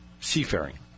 seafaring